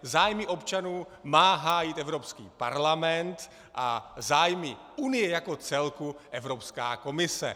Zájmy občanů má hájit Evropský parlament a zájmy unie jako celku Evropská komise.